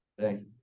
Thanks